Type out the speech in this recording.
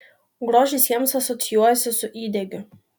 grožis jiems asocijuojasi su įdegiu